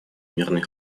мирный